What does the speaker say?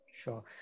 Sure